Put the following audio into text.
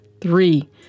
Three